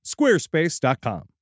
Squarespace.com